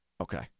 Okay